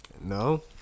No